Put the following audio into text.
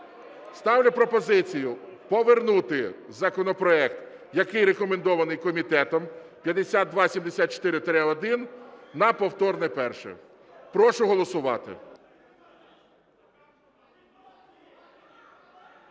Ставлю пропозицію повернути законопроект, який рекомендований комітетом, 5274-1 на повторне перше. Прошу голосувати.